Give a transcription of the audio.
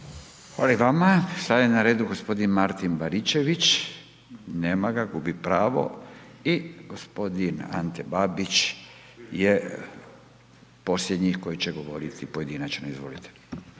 Hvala i vama. Sada je na redu gospodin Martin Baričević. Nema ga, gubi pravo. I gospodin Ante Babić je posljednji koji će govoriti pojedinačno. Izvolite.